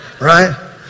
Right